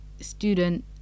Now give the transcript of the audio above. student